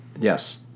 Yes